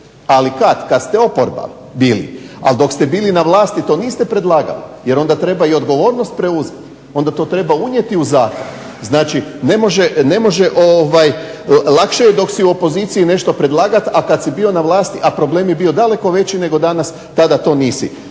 ali kad, kad ste oporba bili, a dok ste bili na vlasti to niste predlagali jer onda treba i odgovornost preuzeti, onda to treba unijeti u zakon. Znači ne može, lakše je dok si u opoziciji nešto predlagat, a ka si bio na vlasti, a problem je bio daleko veći nego danas tada to nisi.